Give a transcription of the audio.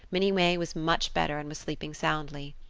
minnie may was much better and was sleeping soundly.